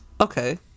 Okay